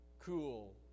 cool